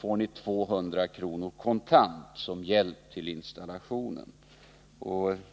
får ni 200 kr. kontant som hjälp till installationen.